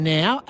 now